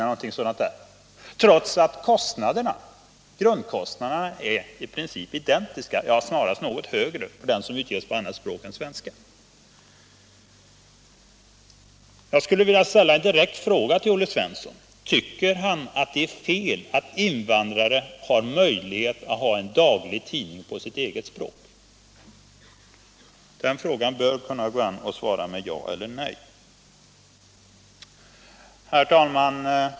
Ändå är grundkostnaderna i princip identiska, ja, snarast något högre för den tidning som utges på annat språk än svenska. Jag skulle vilja ställa en direkt fråga: Tycker Olle Svensson att det är fel att invandrare får möjlighet att ha en daglig tidning på sitt eget språk? Den frågan bör kunna besvaras med ja eller nej. Herr talman!